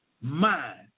mind